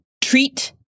Treat